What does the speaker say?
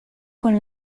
con